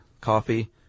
coffee